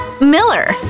Miller